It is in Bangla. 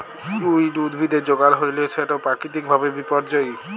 উইড উদ্ভিদের যগাল হ্যইলে সেট পাকিতিক ভাবে বিপর্যয়ী